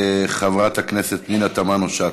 חברת הכנסת פנינה תמנו-שטה.